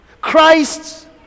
Christ